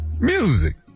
Music